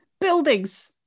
Buildings